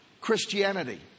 Christianity